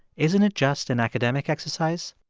isn't it just an academic exercise?